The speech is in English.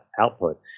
output